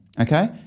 okay